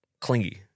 clingy